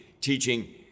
teaching